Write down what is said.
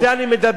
על זה אני מדבר,